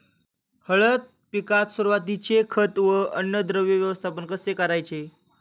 हळद पिकात सुरुवातीचे खत व अन्नद्रव्य व्यवस्थापन कसे करायचे?